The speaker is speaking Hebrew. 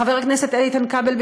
חבר הכנסת איתן כבל,